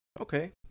Okay